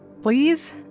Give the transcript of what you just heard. please